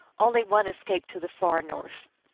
only one escaped to the far north.